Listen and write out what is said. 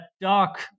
dark